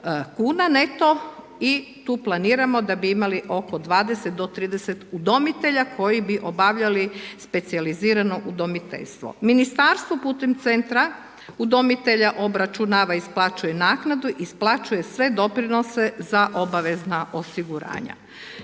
kn, neto i tu planiramo da bi imali oko 20-30 udomitelja, koji bi obavljali specijalizirano udomiteljstvo. Ministarstvo putem centra udomitelja obračunava i isplaćuje naknadu, isplaćuje sve doprinose za obavezna osiguranja.